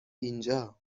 اینجا